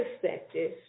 perspective